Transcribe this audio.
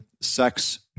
sex